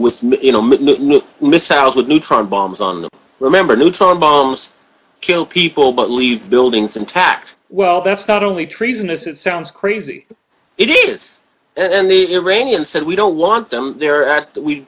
with neutron bombs on them remember neutron bombs kill people but leave buildings intact well that's not only treasonous it sounds crazy it is and then the iranian said we don't want them there